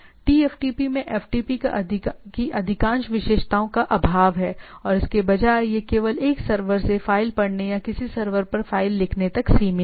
TFTP में FTP की अधिकांश विशेषताओं का अभाव है और इसके बजाय यह केवल एक सर्वर से फ़ाइल पढ़ने या किसी सर्वर पर फ़ाइल लिखने तक सीमित है